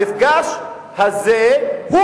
המפגש הזה,